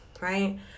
right